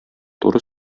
туры